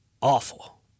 awful